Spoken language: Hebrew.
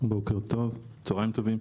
צוהרים טובים.